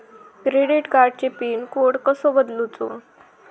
Credit कार्डची PIN code कसो बदलुचा?